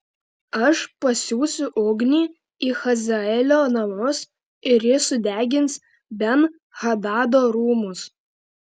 aš pasiųsiu ugnį į hazaelio namus ir ji sudegins ben hadado rūmus